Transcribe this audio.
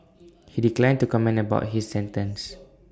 he declined to comment about his sentence